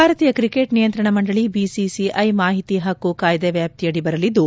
ಭಾರತೀಯ ಕ್ರಿಕೆಟ್ ನಿಯಂತ್ರಣ ಮಂಡಳಿ ಬಿಸಿಐ ಮಾಹಿತಿ ಹಕ್ಕು ಕಾಯ್ದೆ ವ್ಹಾಪ್ತಿಯಡಿ ಬರಲಿದ್ದು